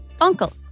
uncle